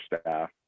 staff